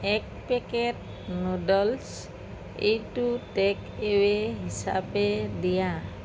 এক packet noodles এইটো takeaway হিচাপে দিয়া